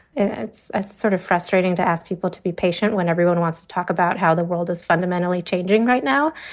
it's a sort of frustrating to ask people to be patient when everyone wants to talk about how the world is fundamentally changing right now.